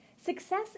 success